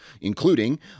including